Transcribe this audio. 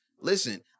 Listen